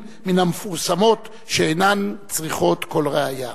מן המפורסמות שאינן צריכות כל ראיה?